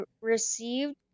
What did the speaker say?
received